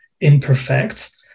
imperfect